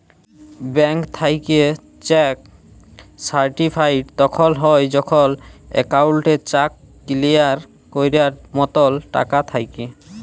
bank থ্যাইকে cheque certified তখল হ্যয় যখল একাউল্টে চ্যাক কিলিয়ার ক্যরার মতল টাকা থ্যাকে